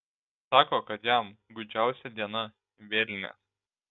sako kad jam gūdžiausia diena vėlinės